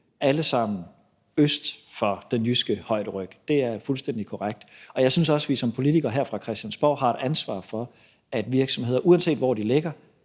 alle sammen øst for den jyske højderyg; det er fuldstændig korrekt. Og jeg synes også, at vi som politikere her på Christiansborg har et ansvar for, at virksomheder, uanset hvor de ligger,